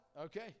Okay